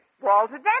Walter